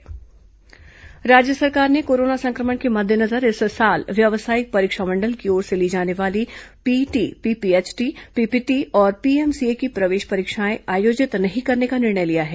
प्रवेश परीक्षा स्थगित राज्य सरकार ने कोरोना संक्रमण के मद्देनजर इस साल व्यावसायिक परीक्षा मंडल की ओर से ली जाने वाली पीईटी पीपीएचटी पीपीटी और पीएमसीए की प्रवेश परीक्षाएं आयोजित नहीं करने का निर्णय लिया है